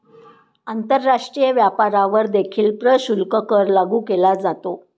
आंतरराष्ट्रीय व्यापारावर देखील प्रशुल्क कर लागू केला जातो